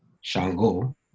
Shango